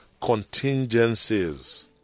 contingencies